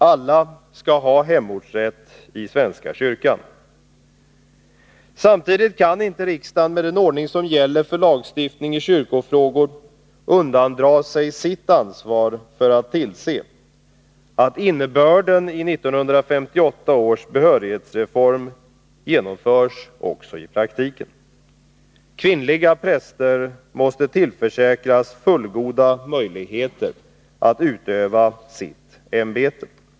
Alla skall ha hemortsrätt i svenska kyrkan. Samtidigt kan inte riksdagen, med den ordning som gäller för lagstiftning i kyrkofrågor, undandra sig sitt ansvar för att tillse att innebörden i 1958 års behörighetsreform genomförs också i praktiken. Kvinnliga präster måste tillförsäkras fullgoda möjligheter att utöva sitt ämbete.